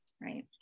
right